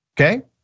okay